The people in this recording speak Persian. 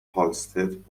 هالستد